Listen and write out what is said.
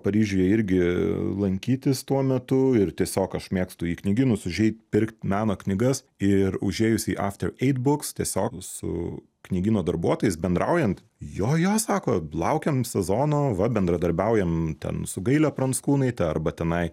paryžiuje irgi lankytis tuo metu ir tiesiog aš mėgstu į knygynus užeit pirkt meno knygas ir užėjus į after eitbuks tiesiog su knygyno darbuotojais bendraujant jo jo sako laukiam sezono va bendradarbiaujam ten su gaile pranckūnaite arba tenai